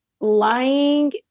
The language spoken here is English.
lying